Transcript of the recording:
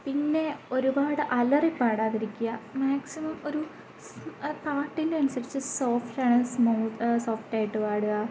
പിന്നെ ഒരുപാട് അലറിപ്പാടാതിരിക്കുക മാക്സിമം ഒരു ആ പാട്ടിൻ്റെ അനുസരിച്ച് സോഫ്റ്റാണ് സ്മൂത്ത് സോഫ്റ്റായിട്ട് പാടുക